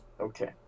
Okay